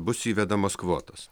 bus įvedamos kvotos